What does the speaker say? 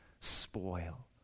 spoil